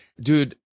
Dude